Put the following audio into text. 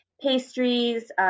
pastries